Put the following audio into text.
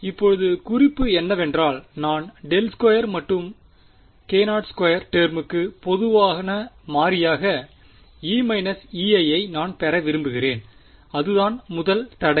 இப்போது குறிப்பு என்னவென்றால் நான் ∇2மற்றும் k0 2 டெர்முக்கு பொதுவான மாறியாக E−Ei ஐ நான் பெற விரும்புகிறேன் அதுதான் முதல் தடை